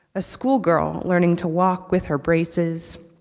a schoolgirl learning to walk with her braces,